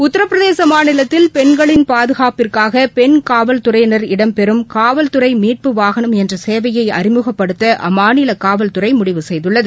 உத்தரப்பிரதேச மாநிலத்தில் பெண்களின் பாதுகாப்பிற்காக பெண் காவல் துறையினர் இடம் பெறும் காவல் துறை மீட்பு வாகனம் என்ற சேவையை அறிமுகப்படுத்த அம்மாநில காவல்துறை முடிவு செய்துள்ளது